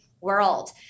world